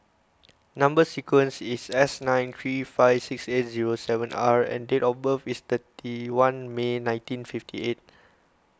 Number Sequence is S nine three five six eight zero seven R and date of birth is thirty one May nineteen fifty eight